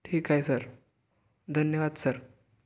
ठीक आहे सर धन्यवाद सर